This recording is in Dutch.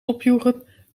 opjoegen